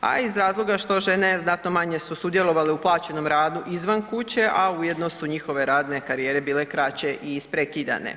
a iz razloga što žene znatno manje su sudjelovale u plaćenom radu izvan kuće a ujedno su njihove radne karijere bile kraće i isprekidane.